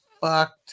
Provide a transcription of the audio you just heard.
fucked